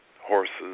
horses